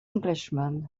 englishman